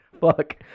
Fuck